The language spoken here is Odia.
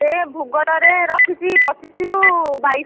ସେ ଭୂଗୋଳରେ ରଖିଛି ପଚିଶିରୁ ବାଇଶ